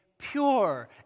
pure